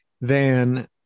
than-